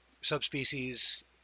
subspecies